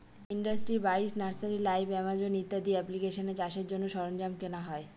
industry বাইশ, nursery live, Amazon ইত্যাদি এপ্লিকেশানে চাষের জন্য সরঞ্জাম কেনা হয়